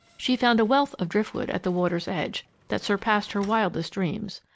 she found a wealth of driftwood at the water's edge that surpassed her wildest dreams.